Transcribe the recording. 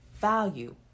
Value